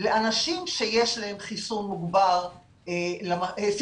לאנשים שיש להם סיכון מוגבר למחלה.